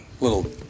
little